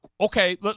okay